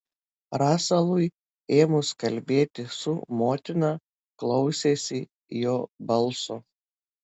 raselui ėmus kalbėti su motina klausėsi jo balso